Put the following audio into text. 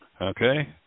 Okay